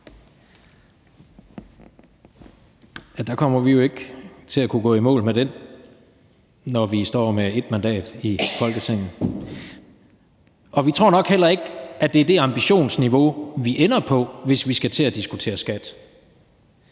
ikke kommer til at gå i mål med det, når vi står med 1 mandat i Folketinget. Og vi tror nok heller ikke, at det er det ambitionsniveau, vi ender på, hvis vi skal til at diskutere skat.